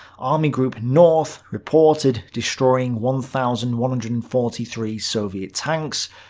army group north reported destroying one thousand one hundred and forty three soviet tanks,